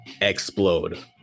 explode